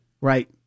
Right